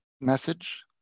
message